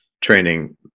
training